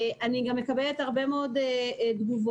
אני גם מקבלת הרבה מאוד תגובות,